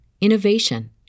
innovation